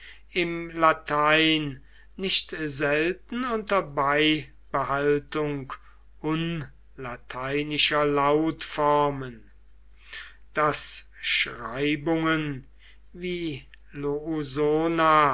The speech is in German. im latein nicht selten unter beibehaltung unlateinischer lautformen daß schreibungen wie